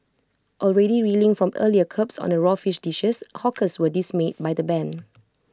already reeling from earlier curbs on the raw fish dishes hawkers were dismayed by the ban